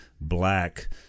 black